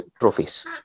trophies